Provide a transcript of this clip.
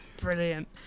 Brilliant